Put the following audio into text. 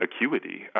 acuity